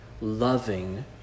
loving